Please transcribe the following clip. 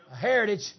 Heritage